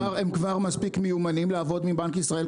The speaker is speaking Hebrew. הם כבר מספיק מיומנים לעבוד מבנק ישראל,